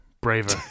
braver